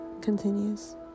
continues